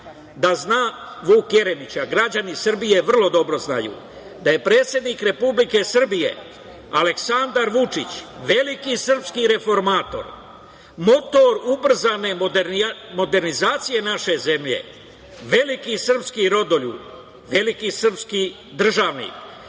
da zna Vuk Jeremić, a građani Srbije vrlo dobro znaju da je predsednik Republike Srbije Aleksandar Vučić veliki srpski reformator, motor ubrzane modernizacije naše zemlje, veliki srpski rodoljub, veliki srpski državnik,